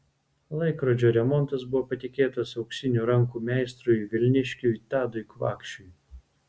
laikrodžio remontas buvo patikėtas auksinių rankų meistrui vilniškiui tadui kvakšiui